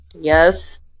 yes